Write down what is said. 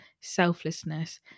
selflessness